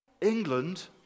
England